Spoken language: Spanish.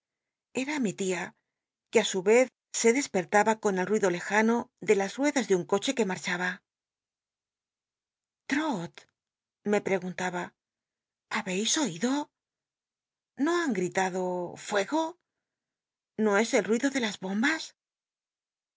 el'l mi tia c uc ti su vez s despertaba con el tu ido lejano de las ruedas d un coche que matchaba han l'rot mepre un taba habeis oído no han gritado fuego no es el ruido de las bombas